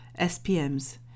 SPMs